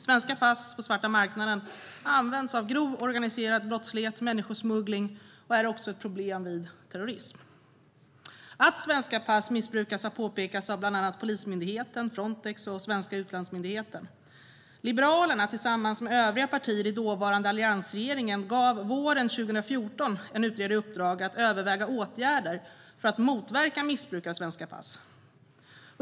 Svenska pass på svarta marknaden används av grov organiserad brottslighet och människosmuggling, och de är också ett problem vid terrorism. Att svenska pass missbrukas har påpekats av bland annat Polismyndigheten, Frontex och svenska utlandsmyndigheter. Liberalerna tillsammans övriga partier i den dåvarande alliansregeringen gav våren 2014 gav en utredare i uppdrag att överväga åtgärder för att motverka missbruk av svenska pass.